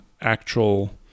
actual